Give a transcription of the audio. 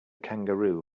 kangaroo